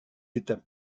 étapes